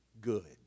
good